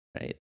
right